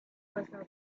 personal